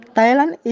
Thailand